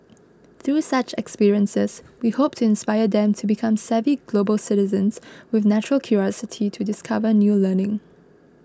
through such experiences we hope to inspire them to become savvy global citizens with natural curiosity to discover new learning